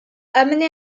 amené